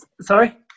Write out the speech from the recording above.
Sorry